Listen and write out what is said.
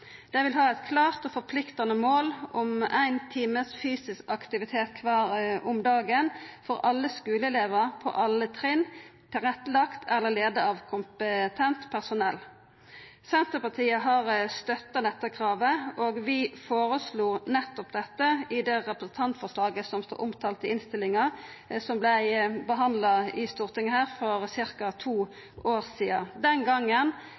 Dei vil ha eit klart og forpliktande mål om ein times fysisk aktivitet om dagen for alle skuleelevar på alle trinn, lagd til rette eller leia av kompetent personell. Senterpartiet har støtta dette kravet, og vi føreslo nettopp det i det representantforslaget som står omtalt i innstillinga, som vart behandla i Stortinget for ca. to år sidan. Den gongen